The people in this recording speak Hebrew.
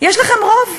יש לכם רוב,